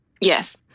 yes